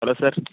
hello sir